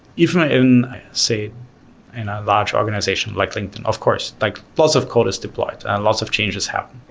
even ah in say in a large organization like linkedin, of course like lots of code is deployed and lots of changes happen.